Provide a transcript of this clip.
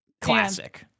Classic